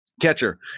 catcher